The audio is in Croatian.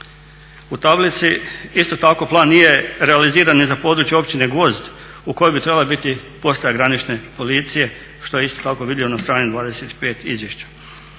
U tablici isto tako plan nije realiziran ni za područje općine Gvoz u kojoj bi trebala biti postaja granične policije što je isto tak vidljivo na strani 25 izvješća.